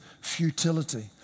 futility